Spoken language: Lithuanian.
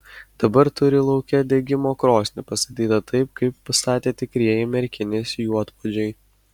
dabar turi lauke degimo krosnį pastatytą taip kaip statė tikrieji merkinės juodpuodžiai